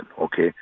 okay